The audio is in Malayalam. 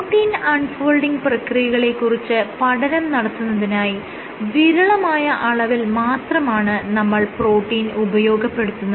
പ്രോട്ടീൻ അൺ ഫോൾഡിങ് പ്രക്രിയകളെ കുറിച്ച് പഠനം നടത്തുന്നതിനായി വിരളമായ അളവിൽ മാത്രമാണ് നമ്മൾ പ്രോട്ടീൻ ഉപയോഗപ്പെടുത്തുന്നത്